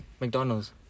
McDonald's